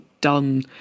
done